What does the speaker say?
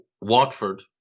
Watford